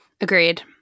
Agreed